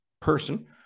person